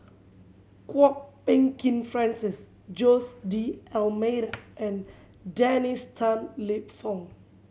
Kwok Peng Kin Francis Jose D'Almeida and Dennis Tan Lip Fong